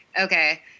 okay